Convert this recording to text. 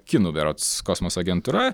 kinų berods kosmoso agentūra